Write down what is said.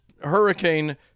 hurricane